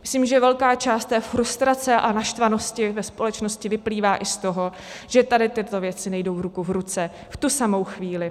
Myslím, že velká část té frustrace a naštvanosti ve společnosti vyplývá i z toho, že tady tyto věci nejdou ruku v ruce v tu samou chvíli.